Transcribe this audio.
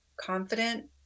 confident